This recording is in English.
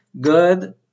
good